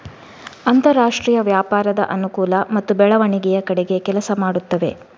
ಅಂತರಾಷ್ಟ್ರೀಯ ವ್ಯಾಪಾರದ ಅನುಕೂಲ ಮತ್ತು ಬೆಳವಣಿಗೆಯ ಕಡೆಗೆ ಕೆಲಸ ಮಾಡುತ್ತವೆ